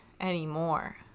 anymore